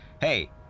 hey